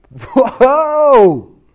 Whoa